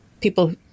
people